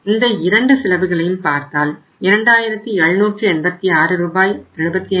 இந்த இரண்டு செலவுகளையும் பார்த்தால் 2786